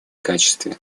качестве